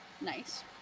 Nice